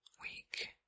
week